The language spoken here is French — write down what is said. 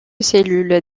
cellule